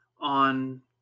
on